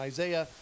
Isaiah